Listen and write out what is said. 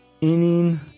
inning